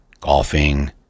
golfing